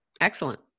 Excellent